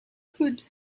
could